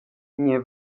nie